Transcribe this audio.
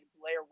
Blair